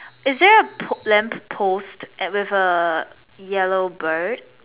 is there a post a lamp post at with a yellow bird